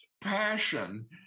passion